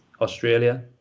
Australia